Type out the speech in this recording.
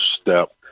step